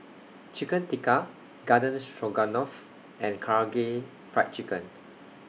Chicken Tikka Garden Stroganoff and Karaage Fried Chicken